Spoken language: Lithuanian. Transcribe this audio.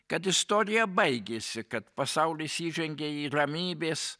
kad istorija baigėsi kad pasaulis įžengė į ramybės